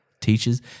Teachers